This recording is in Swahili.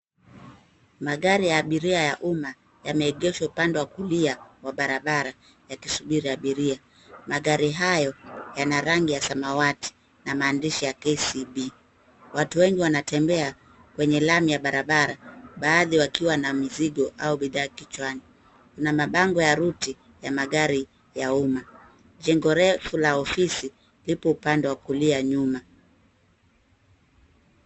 Magari ya abiria ya umma yameegeshwa upande wa kulia wa barabara yakisubiri abiria. Magari hayo yana rangi ya samawati na maandishi ya KCB. Watu wengi wanatembea kwenye lami ya barabara, baadhi wakiwa na mizigo au bidhaa kichwani. Kuna mabango ya ruti ya magari ya umma. Jengo refu la ofisi lipo upande wa kulia nyuma.